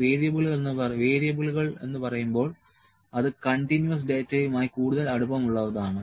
ഞാൻ വേരിയബിളുകൾ എന്ന് പറയുമ്പോൾ അത് കണ്ടിന്യൂവസ് ഡാറ്റയുമായി കൂടുതൽ അടുപ്പമുള്ളതാണ്